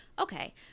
Okay